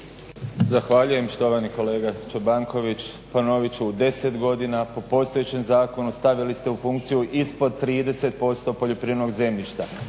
Zahvaljujem. Štovani kolega Čobanković ponovit ću u deset godina po postojećem zakonu stavili ste u funkciju ispod 30% poljoprivrednog zemljišta.